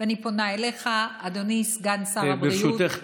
אני פונה אליך, אדוני סגן שר הבריאות.